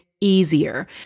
easier